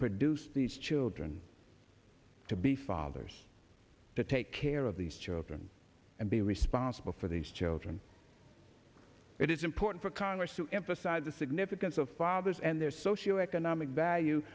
produce these children to be fathers to take care of these children and be responsible for these children it is important for congress to emphasize the significance of fathers and their socio economic value